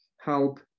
help